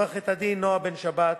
לעורכת-הדין נועה בן-שבת,